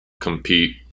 compete